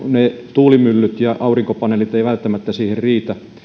tuulimyllyt ja aurinkopaneelit eivät välttämättä siihen riitä